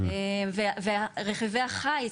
רכיבי החיץ,